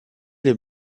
les